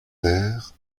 terre